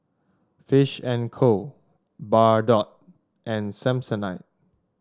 Fish and Co Bardot and Samsonite